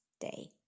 day